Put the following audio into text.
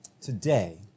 today